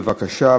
בבקשה,